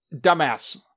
dumbass